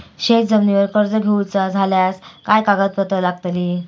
शेत जमिनीवर कर्ज घेऊचा झाल्यास काय कागदपत्र लागतली?